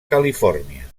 califòrnia